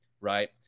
right